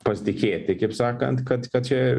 pasitikėti kaip sakant kad kad čia